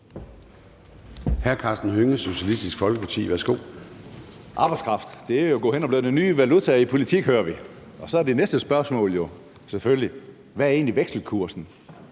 Arbejdskraft er jo gået hen og blevet den nye valuta i politik, hører vi, og så er det næste spørgsmål selvfølgelig: Hvad er egentlig vekselkursen?